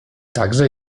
także